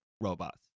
robots